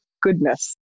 goodness